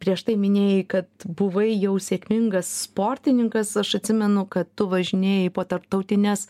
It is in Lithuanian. prieš tai minėjai kad buvai jau sėkmingas sportininkas aš atsimenu kad tu važinėjai po tarptautines